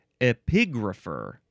epigrapher